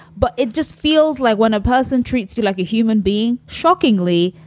but it just feels like when a person treats you like a human being, shockingly,